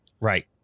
Right